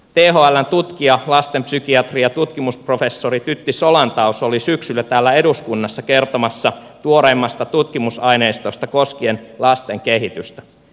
thln tutkija lastenpsykiatri ja tutkimusprofessori tytti solantaus oli syksyllä täällä eduskunnassa kertomassa tuoreimmasta tutkimusaineistosta koskien lasten kehitystä